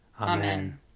Amen